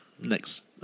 next